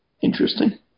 interesting